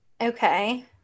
Okay